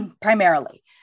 primarily